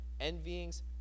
envyings